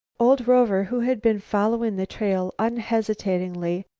old rover, who had been following the trail unhesitatingly,